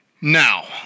Now